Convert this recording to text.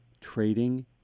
trading